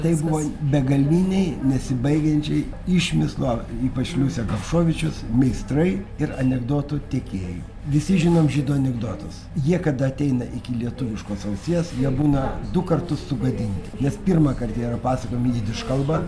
tai buvo begaliniai nesibaigiančiai išmislo ypač liusė gavšovičius meistrai ir anekdotų tiekėjai visi žinom žydų anekdotus jie kada ateina iki lietuviškos ausies jie būna du kartus sugadinti nes pirmąkart jie yra pasakojami jidiš kalba